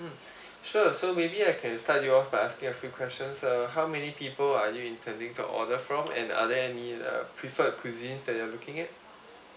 mm sure so maybe I can start you all by asking a few questions uh how many people are you intending to order from and are there any uh preferred cuisines that you're looking at